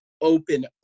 open